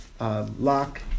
Lock